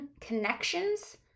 connections